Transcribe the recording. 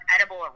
edible